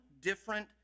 different